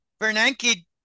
bernanke